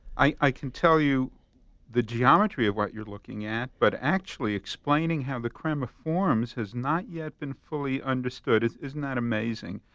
i i can tell you the geometry of what you're looking at, but actually explaining how the crema forms has not yet been fully understood. isn't that amazing?